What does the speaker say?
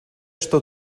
что